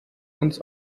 uns